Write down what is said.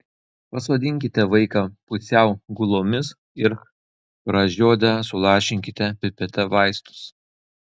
pasodinkite vaiką pusiau gulomis ir pražiodę sulašinkite pipete vaistus